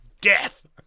death